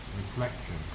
reflection